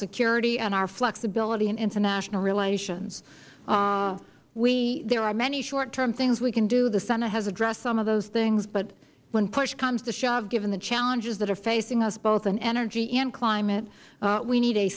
security and our flexibility in international relations there are many short term things we can do the senate has addressed some of those things but when push comes to shove given the challenges that are facing us both in energy and climate we need a